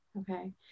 Okay